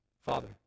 Father